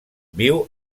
viu